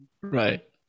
right